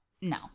no